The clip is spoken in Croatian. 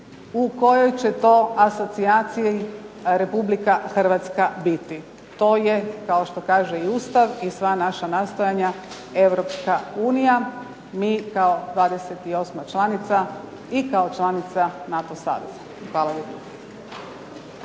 u kojoj će to asocijaciji Republika Hrvatska biti. To je, kao što kaže i Ustav i sva naša nastojanja, Europska unija, mi kao 28. članica i kao članica NATO saveza. Hvala